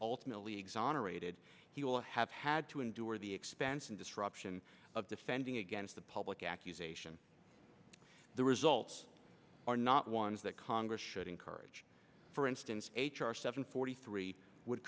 ultimately exonerated he will have had to endure the expense and disruption of defending against the public accusation the results are not ones that congress should encourage for instance h r seven forty three would